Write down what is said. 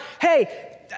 hey